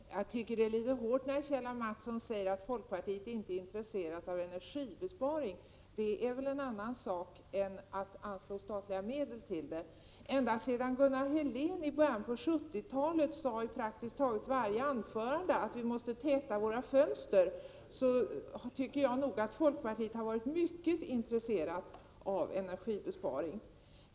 Herr talman! Jag tycker att det är litet hårt när Kjell A. Mattsson säger att folkpartiet inte är intresserat av energibesparingar. Det är väl en annan sak än att anslå statliga medel till det. Ända sedan Gunnar Helén i början av 1970-talet sade i praktiskt taget varje anförande att vi måste täta våra fönster har folkpartiet varit mycket intresserat av energisparande.